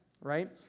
right